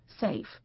safe